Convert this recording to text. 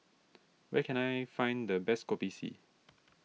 where can I find the best Kopi C